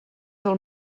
del